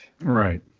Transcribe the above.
right